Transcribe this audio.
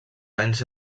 anys